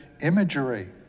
imagery